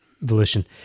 volition